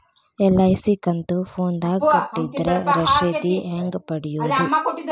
LIC ಕಂತು ಫೋನದಾಗ ಕಟ್ಟಿದ್ರ ರಶೇದಿ ಹೆಂಗ್ ಪಡೆಯೋದು?